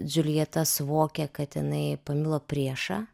džiuljeta suvokia kad jinai pamilo priešą